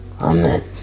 Amen